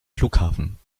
flughafen